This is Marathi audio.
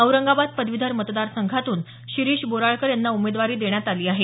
औरंगाबाद पदवीधर मतदारसंघातून शिरीष बोराळकर यांना उमेदवारी देण्यात आली आहे